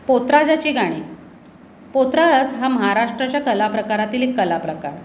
पोतराजाची गाणी पोतराज हा महाराष्ट्राच्या कला प्रकारातील एक कला प्रकार